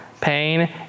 pain